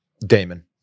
Damon